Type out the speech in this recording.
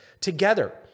together